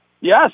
Yes